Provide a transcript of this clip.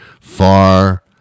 Far